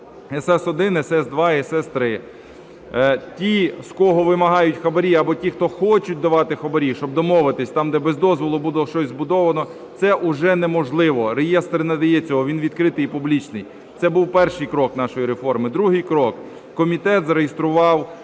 СС1, СС2 і СС3. Ті, з кого вимагають хабарі, або ті, хто хочуть давати хабарі, щоб домовитись, там, де без дозволу буде щось збудовано, це уже неможливо. Реєстр не надає цього, він відкритий і публічний. Це був перший крок нашої реформи. Другий крок. Комітет зареєстрував